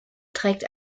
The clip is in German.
trägt